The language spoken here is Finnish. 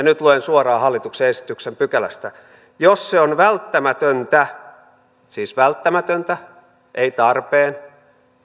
nyt luen suoraan hallituksen esityksen pykälästä jos se on välttämätöntä siis välttämätöntä ei tarpeen